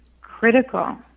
critical